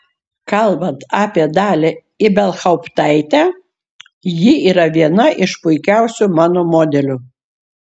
kalbant apie dalią ibelhauptaitę ji yra viena iš puikiausių mano modelių